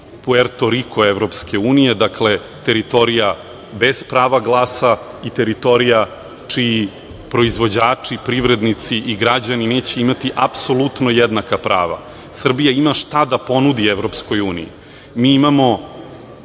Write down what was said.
Puertoriko EU, dakle teritorija bez prava glasa, i teritorija čiji proizvođači, privrednici i građani neće imati apsolutno jednaka prava. Srbija ima šta da ponudi EU. Mi imamo